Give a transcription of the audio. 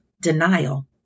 denial